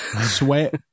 sweat